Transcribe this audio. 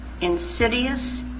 insidious